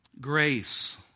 Grace